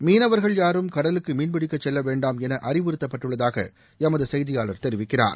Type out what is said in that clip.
மீனவர்கள் யாரும் கடலுக்கு மீன்பிடிக்கச் செல்ல வேண்டாம் என அறிவுறுத்தப்பட்டுள்ளதாக எமது செய்தியாளர் தெரிவிக்கிறார்